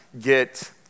get